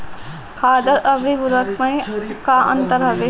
खादर अवरी उर्वरक मैं का अंतर हवे?